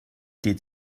did